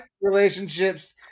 relationships